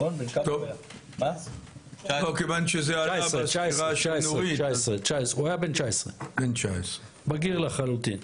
הוא היה בן 19, בגיר לחלוטין.